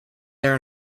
there